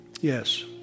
Yes